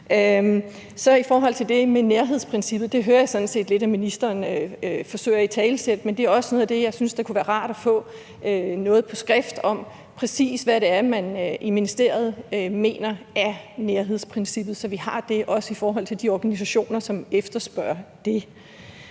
I forhold til det med nærhedsprincippet, så hører jeg sådan set, at ministeren forsøger at italesætte det, men det er også noget, jeg synes kunne være rart at få noget på skrift om, altså præcis hvordan man i ministeriet definerer nærhedsprincippet, så vi også har det, i forbindelse med når der er organisationer, som efterspørger det.